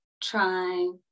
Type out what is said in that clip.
try